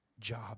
job